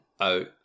out